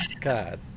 God